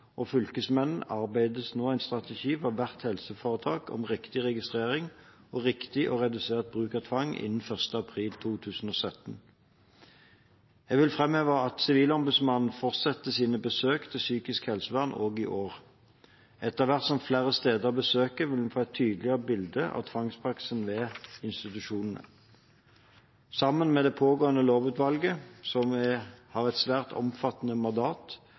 og fylkesmennene utarbeides det nå en strategi for hvert helseforetak om riktig registrering og riktig og redusert bruk av tvang innen 1. april 2017. Jeg vil framheve at Sivilombudsmannen fortsetter sine besøk til psykisk helsevern også i år. Etter hvert som flere steder besøkes, vil vi få et tydeligere bilde av tvangspraksisen ved institusjonene. Sammen med det pågående lovutvalget, som har et svært omfattende mandat,